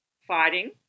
fighting